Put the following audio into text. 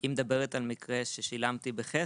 היא מדברת על מקרה שאם שילמתי בחסר,